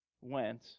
went